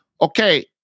Okay